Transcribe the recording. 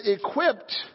equipped